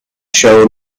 show